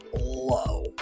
low